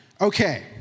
Okay